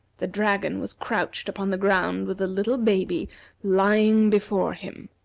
the dragon was crouched upon the ground with the little baby lying before him.